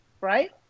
Right